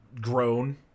grown